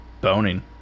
boning